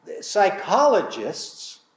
Psychologists